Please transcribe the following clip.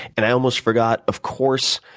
and i almost forgot of course,